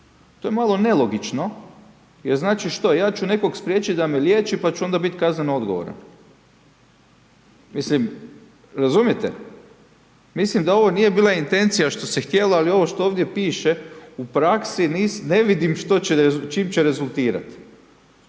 To je malo nelogično jer znači što, ja ću nekog spriječiti da me liječi pa ću onda biti kazneno odgovoran. Mislim, razumijete? Mislim da ovo nije bila intencija što se htjelo ali ovo što ovdje piše u praksi ne vidim s čime će rezultirati.